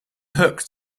hook